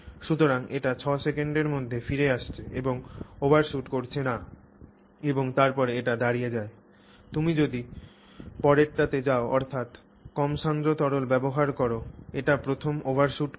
সুতরাং এটি 6 সেকেন্ডের মধ্যে ফিরে আসছে এবং ওভারশুট করছে না এবং তারপরে এটি দাড়িয়ে যায় তুমি যদি পরেরটিতে যাও অর্থাৎ কম সান্দ্র তরল ব্যবহার কর এটি প্রথম ওভারশুট করবে